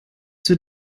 zur